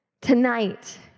Tonight